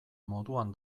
moduan